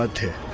ah to